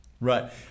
Right